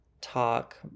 talk